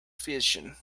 fission